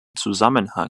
zusammenhang